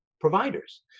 providers